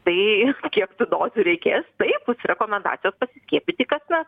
tai kiek tų dozių reikės tai bus rekomendacijos pasiskiepyti kasmet